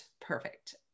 perfect